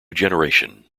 generation